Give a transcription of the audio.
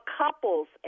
couples